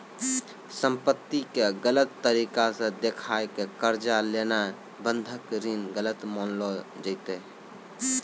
संपत्ति के गलत तरिका से देखाय के कर्जा लेनाय बंधक ऋण गलत मानलो जैतै